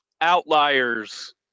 Outliers